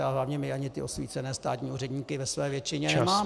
Ale hlavně my ani ty osvícené státní úředníky ve své většině nemáme.